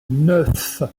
neuf